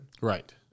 Right